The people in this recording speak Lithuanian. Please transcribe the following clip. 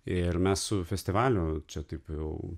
ir mes su festivaliu čia taip jau